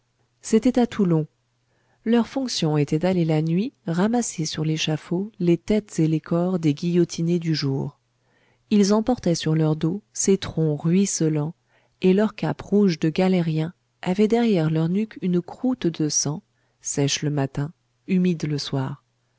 c'était à toulon leur fonction était d'aller la nuit ramasser sur l'échafaud les têtes et les corps des guillotinés du jour ils emportaient sur leur dos ces troncs ruisselants et leurs capes rouges de galériens avaient derrière leur nuque une croûte de sang sèche le matin humide le soir